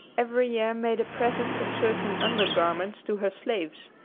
every year made a present of certain under-garments to her slaves,